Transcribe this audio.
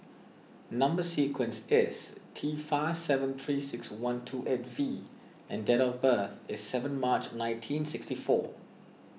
Number Sequence is T five seven three six one two eight V and date of birth is seven March nineteen sixty four